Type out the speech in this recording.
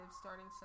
starting